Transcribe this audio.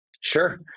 Sure